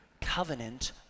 covenant